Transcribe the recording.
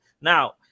Now